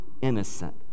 innocent